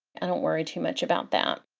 i don't worry too much about that.